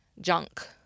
junk